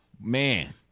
Man